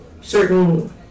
certain